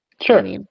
Sure